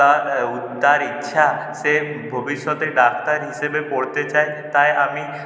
তা তার ইচ্ছা সে ভবিষ্যতে ডাক্তার হিসেবে পড়তে চায় তাই আমি